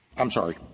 i'm sorry.